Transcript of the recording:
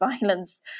violence